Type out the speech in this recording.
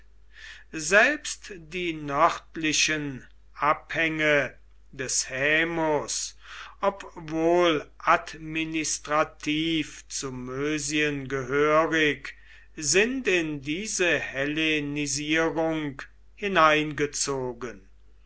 selbst die nördlichen abhänge des haemus obwohl administrativ zu mösien gehörig sind in diese hellenisierung hineingezogen